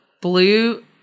blue